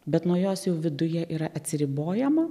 bet nuo jos jau viduje yra atsiribojama